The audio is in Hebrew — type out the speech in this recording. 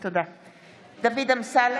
(קוראת בשמות חברי הכנסת) דוד אמסלם,